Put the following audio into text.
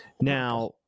Now